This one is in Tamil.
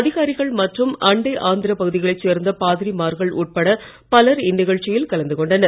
அதிகாரிகள் மற்றும் அண்டை ஆந்திரப் பகுதிகளைச் சேர்ந்த பாதிரிமார்கள் உட்பட பலர் இந்நிகழ்ச்சியில் கலந்து கொண்டனர்